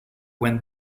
when